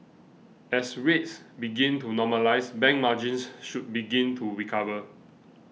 as rates begin to normalise bank margins should begin to recover